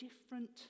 different